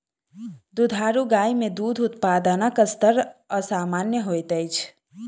दुधारू गाय मे दूध उत्पादनक स्तर असामन्य होइत अछि